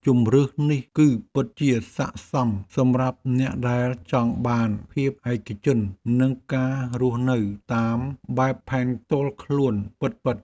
ជម្រើសនេះគឺពិតជាស័ក្តិសមសម្រាប់អ្នកដែលចង់បានភាពឯកជននិងការរស់នៅតាមបែបផែនផ្ទាល់ខ្លួនពិតៗ។